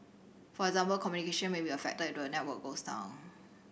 for example communication may be affected if the network goes down